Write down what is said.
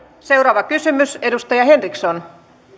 seuraava kysymys edustaja henriksson